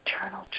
eternal